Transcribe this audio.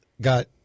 got